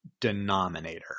denominator